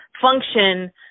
function